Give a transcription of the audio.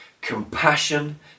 compassion